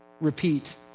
repeat